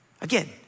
Again